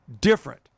Different